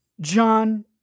John